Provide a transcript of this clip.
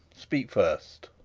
speak first.